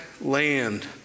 land